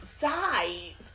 size